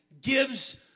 Gives